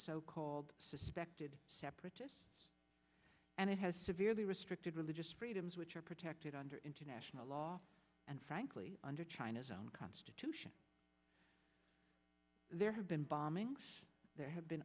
so called suspected separatists and it has severely restricted religious freedoms which are protected under international law and frankly under china's own constitution there have been bombings there have been